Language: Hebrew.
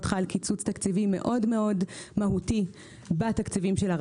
חל קיצוץ תקציבי מאוד מהותי בתקציבים שלו.